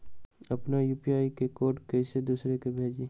अपना यू.पी.आई के कोड कईसे दूसरा के भेजी?